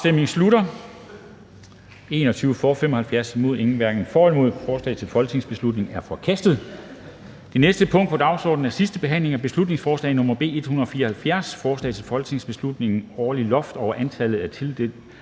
(UFG)), hverken for eller imod stemte 0. Forslaget til folketingsbeslutning er forkastet. --- Det næste punkt på dagsordenen er: 48) 2. (sidste) behandling af beslutningsforslag nr. B 174: Forslag til folketingsbeslutning om et årligt loft over antallet af tildelte